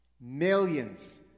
Millions